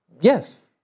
yes